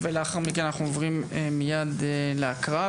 ולאחר מכן אנחנו עוברים מיד להקראה.